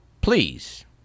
please